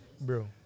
Bro